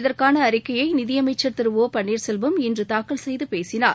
இதற்கான அறிக்கையை நிதியமைச்சர் திரு ஒபள்ளீர்செல்வம் இன்று தாக்கல் செய்து பேசினார்